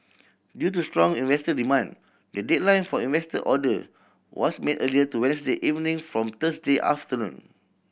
due to strong investor demand the deadline for investor order was made earlier to Wednesday evening from Thursday afternoon